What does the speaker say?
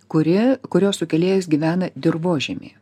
kurie kurios sukėlėjas gyvena dirvožemy